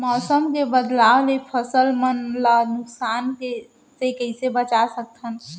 मौसम के बदलाव ले फसल मन ला नुकसान से कइसे बचा सकथन?